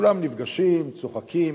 כולם נפגשים, צוחקים,